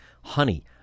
honey